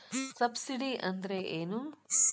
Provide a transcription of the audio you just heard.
Subsidy ಅಂದ್ರೆ ಏನು?